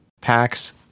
packs